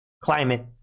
climate